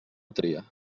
tria